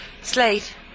Slate